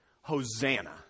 Hosanna